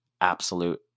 absolute